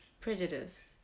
Prejudice